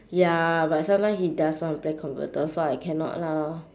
ya but sometimes he does want to play computer so I cannot lah